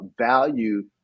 value